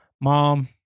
Mom